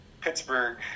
Pittsburgh